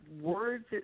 words